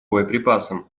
боеприпасам